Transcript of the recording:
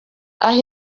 aha